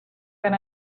than